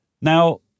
Now